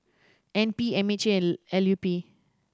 N P M H A and L U P